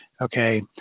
Okay